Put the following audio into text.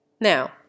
Now